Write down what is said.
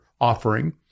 offering